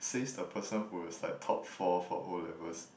says the person who was like top four for O-levels